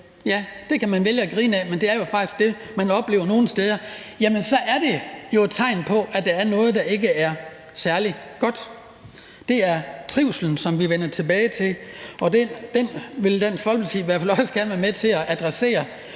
ja, så kan man vælge at grine af det, men det er jo faktisk det, man oplever nogle steder. Det er jo et tegn på, at der er noget, der ikke er særlig godt. Det er trivslen, som vi vender tilbage til, og den vil Dansk Folkeparti i hvert fald også gerne være med til at adressere.